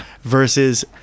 versus